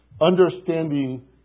understanding